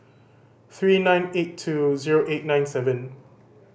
three nine eight two zero eight nine seven